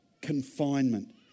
confinement